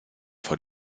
voll